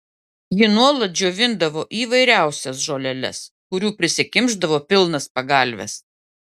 ji nuolat džiovindavo įvairiausias žoleles kurių prisikimšdavo pilnas pagalves